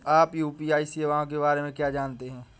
आप यू.पी.आई सेवाओं के बारे में क्या जानते हैं?